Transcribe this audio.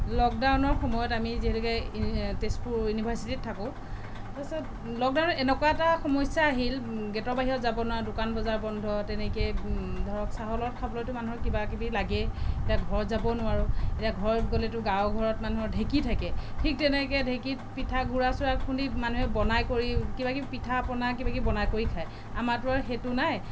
লকডাউনৰ সময়ত আমি যিহেতুকে তেজপুৰ ইউনিৰ্ভাচিটিত থাকোঁ তাৰপাছত লকডাউনত এনেকুৱা এটা সমস্যা আহিল গেটৰ বাহিৰত যাব নোৱাৰোঁ দোকান বজাৰ বন্ধ তেনেকৈয়ে ধৰক চাহৰ লগত খাবলৈতো মানুহৰ কিবা কিবি লাগেই এতিয়া ঘৰত যাবও নোৱাৰোঁ এতিয়া ঘৰত গ'লেতো গাঁৱৰ ঘৰত মানুহৰ ঢেঁকী থাকে ঠিক তেনেকৈ ঢেঁকীত পিঠা গুড়া চুৰা খুন্দি মানুহে বনাই কৰি কিবা কিবি পিঠা পনা কিবা কিবি বনাই কৰি খায় আমাৰতো আৰু সেইটো নাই